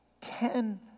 Ten